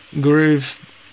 groove